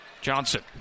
Johnson